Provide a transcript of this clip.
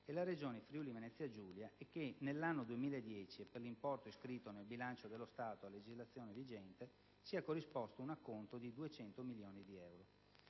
e la Regione Friuli-Venezia Giulia e che nell'anno 2010 e per l'importo iscritto nel bilancio dello Stato a legislazione vigente sia corrisposto un acconto di 200 milioni di euro.